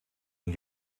een